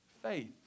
faith